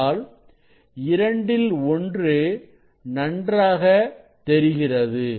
ஆனால் இரண்டில் ஒன்று நன்றாக தெரிகிறது